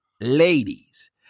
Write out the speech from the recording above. ladies